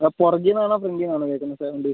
അത് പുറകിൽ നിന്നാണോ ഫ്രണ്ടിൽ നിന്നാണോ കേൾക്കുന്നത് സൗണ്ട്